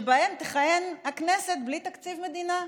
שבהם תכהן הכנסת בלי תקציב מדינה.